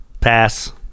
Pass